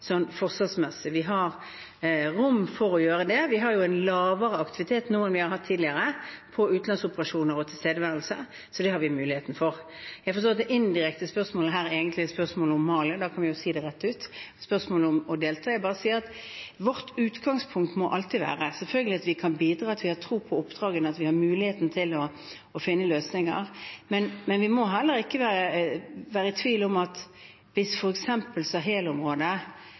Vi har rom for å gjøre det. Vi har en lavere aktivitet nå enn tidligere med tanke på utenlandsoperasjoner og tilstedeværelse, så det har vi mulighet til. Jeg forstår at spørsmålet indirekte egentlig handler om å delta i Mali, og da kan man jo si det rett ut. Vårt utgangspunkt må selvfølgelig alltid være at vi kan bidra, at vi har tro på oppdragene, og at vi har mulighet til å finne løsninger, men vi må heller ikke være i tvil om at hvis